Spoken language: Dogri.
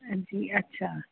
हां जी अच्छा